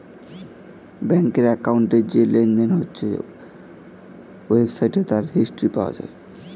ব্যাংকের অ্যাকাউন্টে যে লেনদেন হয়েছে ওয়েবসাইটে তার হিস্ট্রি পাওয়া যায়